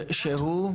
שהוא?